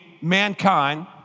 mankind